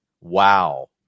wow